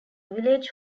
village